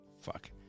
Fuck